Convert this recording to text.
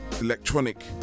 electronic